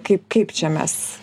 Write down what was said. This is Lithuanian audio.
kaip kaip čia mes